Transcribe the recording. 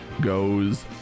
goes